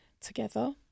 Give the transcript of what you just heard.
together